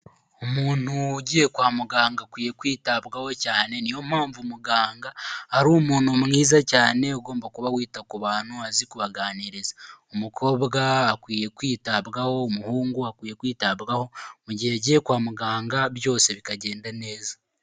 Umuntu ugiye kwa muganga akwiye kwitabwaho cyane, niyo mpamvu muganga ari umuntu mwiza cyane, ugomba kuba wita ku bantu azi kubaganiriza, umukobwa akwiye kwitabwaho, umuhungu akwiye kwitabwaho, mu gihe yagiye kwa muganga, byose bikagenda neza.